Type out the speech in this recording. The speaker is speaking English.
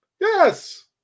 Yes